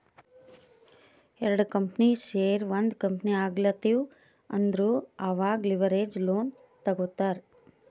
ಎರಡು ಕಂಪನಿ ಸೇರಿ ಒಂದ್ ಕಂಪನಿ ಆಗ್ಲತಿವ್ ಅಂದುರ್ ಅವಾಗ್ ಲಿವರೇಜ್ ಲೋನ್ ತಗೋತ್ತಾರ್